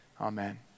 Amen